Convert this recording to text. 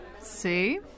See